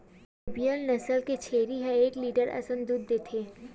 Nubian नसल के छेरी ह एक लीटर असन दूद देथे